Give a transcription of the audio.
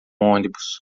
ônibus